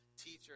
teacher